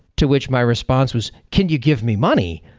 to which my response was, can you give me money?